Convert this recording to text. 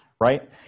right